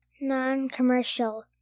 non-commercial